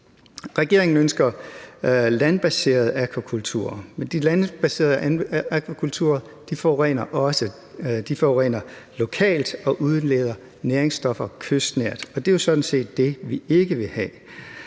Regeringen ønsker landbaserede akvakulturer, men de landbaserede akvakulturer forurener også. De forurener lokalt og udleder næringsstoffer kystnært, og det er jo sådan set det, vi ikke vil have.